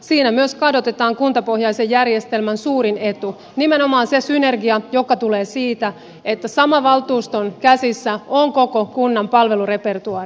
siinä myös kadotetaan kuntapohjaisen järjestelmän suurin etu nimenomaan se synergia joka tulee siitä että saman valtuuston käsissä on koko kunnan palvelurepertuaari